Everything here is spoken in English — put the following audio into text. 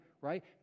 right